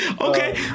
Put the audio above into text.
okay